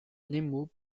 nemo